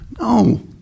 No